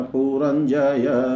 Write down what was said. Puranjaya